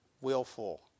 willful